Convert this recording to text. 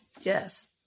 Yes